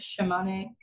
shamanic